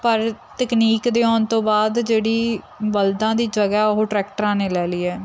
ਪਰ ਤਕਨੀਕ ਦੇ ਆਉਣ ਤੋਂ ਬਾਅਦ ਜਿਹੜੀ ਬਲਦਾਂ ਦੀ ਜਗ੍ਹਾ ਉਹ ਟਰੈਕਟਰਾਂ ਨੇ ਲੈ ਲਈ ਹੈ